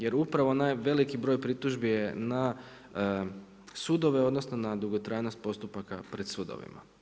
Jer upravo veliki broj pritužbi je na sudove odnosno na dugotrajnost postupaka pred sudovima.